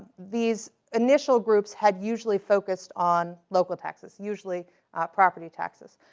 these initial groups had usually focused on local taxes, usually property taxes.